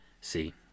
See